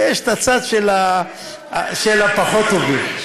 את הצד של הפחות טובים.